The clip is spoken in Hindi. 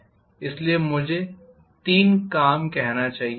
बल्कि मुझे तीन काम कहना चाहिए